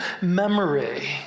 memory